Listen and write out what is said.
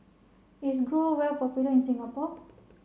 is Growell popular in Singapore